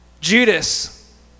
judas